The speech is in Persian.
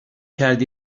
کرد